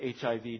HIV